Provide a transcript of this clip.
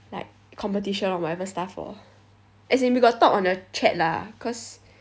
like competition or whatever stuff orh as in we got talk on the chat lah cause